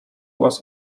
was